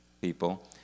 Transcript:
people